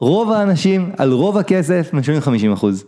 רוב האנשים על רוב הכסף משלמים 50%.